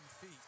feet